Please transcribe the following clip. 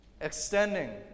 extending